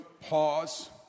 pause